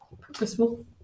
purposeful